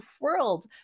world